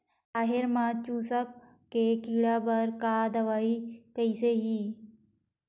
राहेर म चुस्क के कीड़ा बर का दवाई कइसे ही?